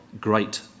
great